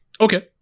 okay